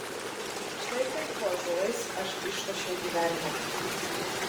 štai taip po ąžuolais aš išlošiau gyvenimą